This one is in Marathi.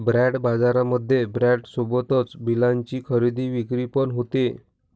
बाँड बाजारामध्ये बाँड सोबतच बिलाची खरेदी विक्री पण होते